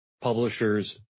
publishers